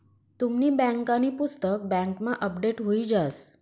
तुमनी बँकांनी पुस्तक बँकमा अपडेट हुई जास